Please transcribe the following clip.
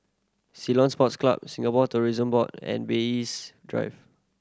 Ceylon Sports Club Singapore Tourism Board and Bay East Drive